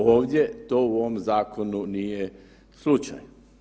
Ovdje to u ovom zakonu nije slučaj.